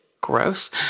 gross